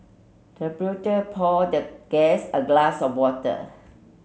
the butler poured the guest a glass of water